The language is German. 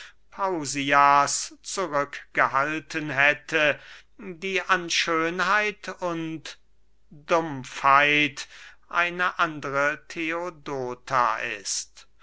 pausias zurückgehalten hätte die an schönheit und dumpfheit eine andere theodota ist